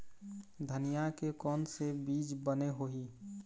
धनिया के कोन से बीज बने होही?